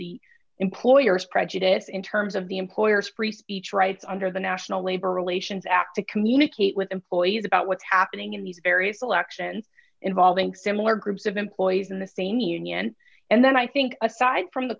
to employers prejudice in terms of the employers free speech rights under the national labor relations act to communicate with employees about what's happening in these various election involving similar groups of employees in the same union and then i think aside from the